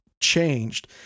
changed